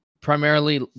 primarily